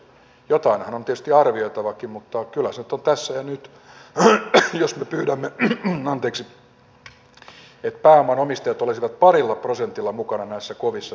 jotainhan on tietysti arvioitavakin mutta kyllä se nyt on tässä ja nyt jos me pyydämme että pääomanomistajat olisivat parilla prosentilla mukana näissä kovissa talkoissa